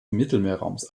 mittelmeerraums